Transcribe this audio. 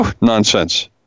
Nonsense